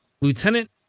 Lieutenant